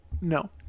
No